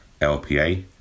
LPA